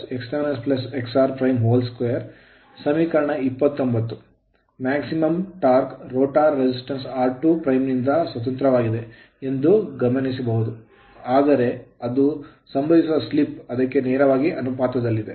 maximum torque ಗರಿಷ್ಠ torque rotor rotor resistance resistance r2 ನಿಂದ ಸ್ವತಂತ್ರವಾಗಿದೆ ಎಂದು ಗಮನಿಸಬಹುದು ಆದರೆ ಅದು ಸಂಭವಿಸುವ slip ಸ್ಲಿಪ್ ಅದಕ್ಕೆ ನೇರವಾಗಿ ಅನುಪಾತದಲ್ಲಿದೆ